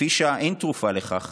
לפי שעה אין תרופה לכך